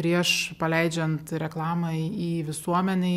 prieš paleidžiant reklamą į visuomenei